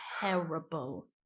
terrible